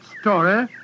story